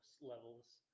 levels